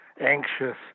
anxious